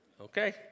Okay